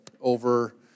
over